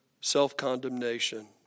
self-condemnation